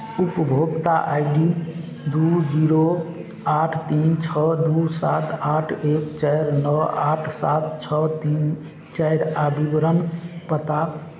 उपभोक्ता I D दू zero आठ तीन छओ दू सात आठ एक चारि नओ आठ सात छओ तीन चारि आ विवरण पता